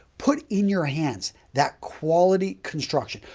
put in your hands that quality construction.